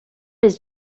his